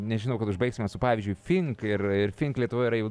nežinau kad užbaigsime su pavyzdžiui fink ir fink lietuvoje yra jau